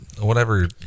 whatever-